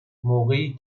موقعی